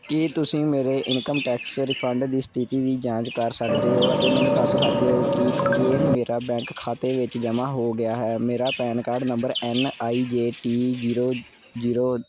ਕੀ ਤੁਸੀਂ ਮੇਰੇ income tax refund ਦੀ ਸਥਿਤੀ ਦੀ ਜਾਂਚ ਕਰ ਸਕਦੇ ਹੋ ਅਤੇ ਮੈਨੂੰ ਦਸ ਸਕਦੇ ਹੋ ਕਿ ਕੀ ਇਹ ਮੇਰਾ ਬੈਂਕ ਖਾਤੇ ਵਿੱਚ ਜਮ੍ਹਾ ਹੋ ਗਿਆ ਹੈ ਮੇਰਾ PAN card number N I J T zero zero